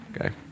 Okay